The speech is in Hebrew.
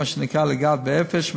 מה שנקרא "לגעת באפס",